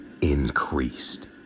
increased